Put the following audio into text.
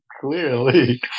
Clearly